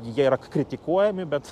jie yra k kritikuojami bet